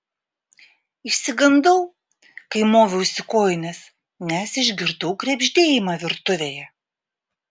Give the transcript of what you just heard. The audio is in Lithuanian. išsigandau kai moviausi kojines nes išgirdau krebždėjimą virtuvėje